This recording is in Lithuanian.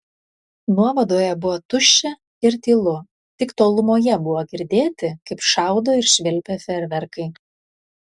nuovadoje buvo tuščia ir tylu tik tolumoje buvo girdėti kaip šaudo ir švilpia fejerverkai